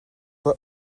pas